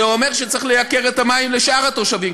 זה אומר שצריך לייקר את המים לשאר התושבים.